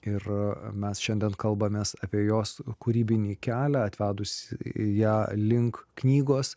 ir mes šiandien kalbamės apie jos kūrybinį kelią atvedusį ją link knygos